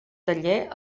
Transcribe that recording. taller